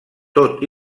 tot